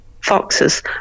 foxes